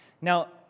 Now